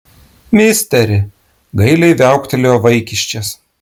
misteri gailiai viauktelėjo vaikiščias